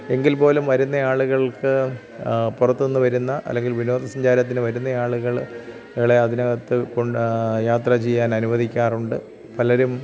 എങ്കിൽ പോലും വരുന്ന ആളുകൾക്ക് പുറത്തു നിന്ന് വരുന്ന അല്ലെങ്കിൽ വിനോദ സഞ്ചാരത്തിന് വരുന്ന ആളുകള് കളെ അതിനകത്ത് യാത്രചെയ്യാൻ അനുവദിക്കാറുണ്ട് പലരും